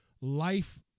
Life